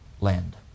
land